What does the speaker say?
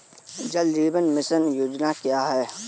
जल जीवन मिशन योजना क्या है?